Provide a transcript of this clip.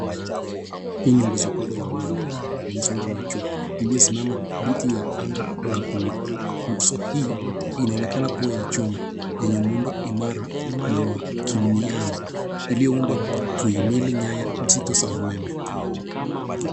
Hii ni nguzo kubwa ya umeme wa msongo wa juu iliyosimama ndidi ya anga la buluu. Nguzo hii inaonekana kuwa ya chuma yenye muundo imara na wa kimiani iliyoundwa kuhimili nyaya nzito za umeme.